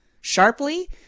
sharply